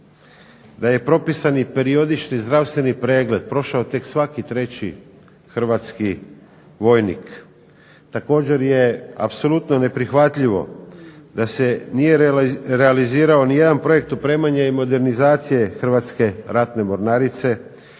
da je propisani periodični zdravstveni pregled prošao tek svaki 3 Hrvatski vojnik. Također je apsolutno neprihvatljivo da se nije realizirao ni jedan projekt opremanje i modernizacije Hrvatske ratne mornarice.